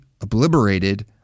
obliterated